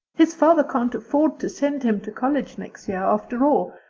his father can't afford to send him to college next year, after all,